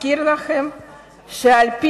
אזכיר לכם שעל-פי